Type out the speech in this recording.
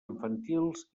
infantils